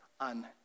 on